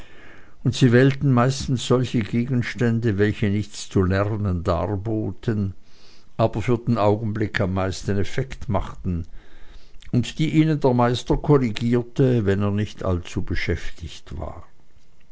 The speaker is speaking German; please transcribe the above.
und sie wählten meistens solche gegenstände welche nichts zu lernen darboten aber für den augenblick am meisten effekt machten und die ihnen der meister korrigierte wenn er nicht allzu beschäftigt war